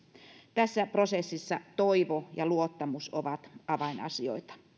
tässä prosessissa toivo ja luottamus ovat avainasioita